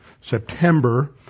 September